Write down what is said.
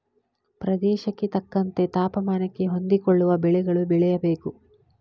ಪ್ರದೇಶಕ್ಕೆ ತಕ್ಕಂತೆ ತಾಪಮಾನಕ್ಕೆ ಹೊಂದಿಕೊಳ್ಳುವ ಬೆಳೆಗಳು ಬೆಳೆಯಬೇಕು